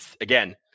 Again